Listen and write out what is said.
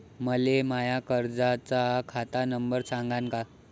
मले माया कर्जाचा खात नंबर सांगान का?